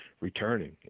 returning